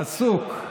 עסוק.